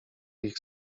ich